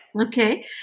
Okay